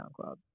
SoundCloud